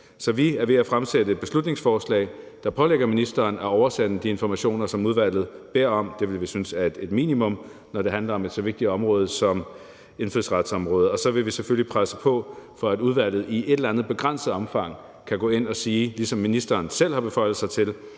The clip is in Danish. Så vi er ved at fremsætte et beslutningsforslag, der pålægger ministeren at oversende de informationer, som udvalget beder om. Det ville vi synes er et minimum, når det handler om et så vigtigt område som indfødsretsområdet. Og så vil vi selvfølgelig presse på for, at udvalget i et eller andet begrænset omfang kan gå ind og sige, ligesom ministeren selv har beføjelser til,